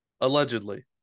Allegedly